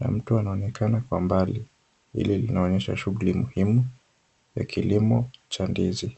na mtu anaonekana kwa mbali. Hili linaonyesha shughuli muhimu ya kilimo cha ndizi.